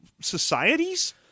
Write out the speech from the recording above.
societies